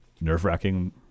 nerve-wracking